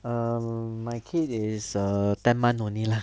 err my kid is err ten months only lah